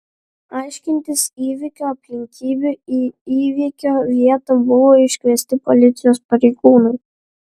aiškintis įvykio aplinkybių į įvykio vietą buvo iškviesti policijos pareigūnai